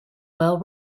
well